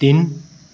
तिन